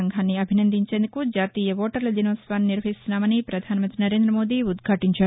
సంఘాన్ని అభినందించేందుకు జాతీయ ఓటర్ల దినోత్సవాన్ని నిర్వహిస్తున్నామని ప్రధానమంత్రి నరేం్రదమోదీ ఉద్ఘటించారు